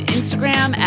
Instagram